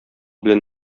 белән